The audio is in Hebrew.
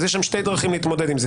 אז יש שם שתי דרכים להתמודד עם זה.